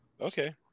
Okay